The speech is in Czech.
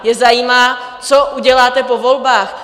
Je zajímá, co uděláte po volbách.